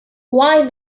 why